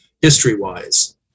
history-wise